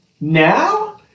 now